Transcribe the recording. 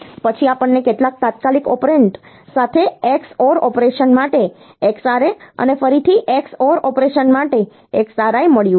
પછી આપણને કેટલાક તાત્કાલિક ઓપરેન્ડ સાથે xor ઑપરેશન માટે XRA અને ફરીથી xor ઑપરેશન માટે XRI મળ્યું છે